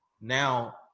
now